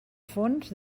fons